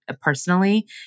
personally